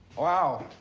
wow.